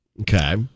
Okay